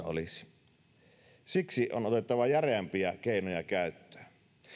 olisi kunnossa siksi on otettava järeämpiä keinoja käyttöön